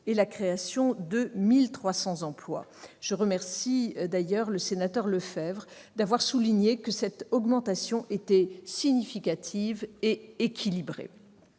et la création de 1 300 emplois. Je remercie d'ailleurs le rapporteur spécial Antoine Lefèvre d'avoir souligné que cette augmentation était significative et équilibrée.